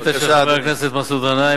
אנחנו נמצאים באמצע התהליך,